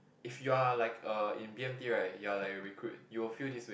if you're like a in b_m_t you're like a recruit you will feel this with